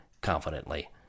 confidently